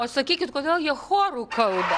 o sakykit kodėl jie choru kalba